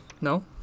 No